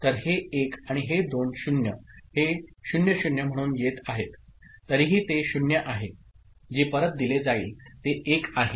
तर हे 1 आणि हे दोन 0 हे 0 0 म्हणून येत आहेत तरीही ते 0 आहे जे परत दिले जाईल ते 1 आहे